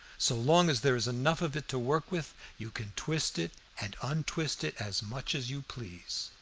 so long as there is enough of it to work with, you can twist it and untwist it as much as you please.